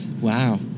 Wow